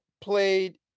played